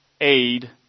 aid